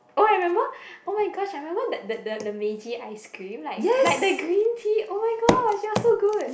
oh I remember !oh my gosh! I remember the the the the Meiji ice cream like like the green tea oh-my-gosh it was so good